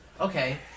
okay